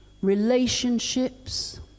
relationships